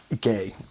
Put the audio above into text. gay